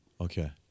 Okay